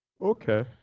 Okay